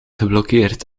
geblokkeerd